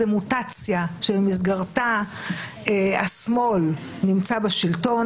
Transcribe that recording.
זו מוטציה שבמסגרתה השמאל נמצא בשלטון,